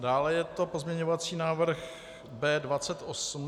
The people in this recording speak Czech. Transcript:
Dále je to pozměňovací návrh B28.